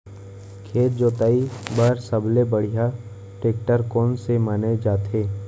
खेत जोताई बर सबले बढ़िया टेकटर कोन से माने जाथे?